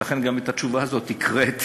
לכן גם את התשובה הזאת הקראתי.